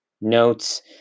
notes